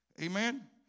Amen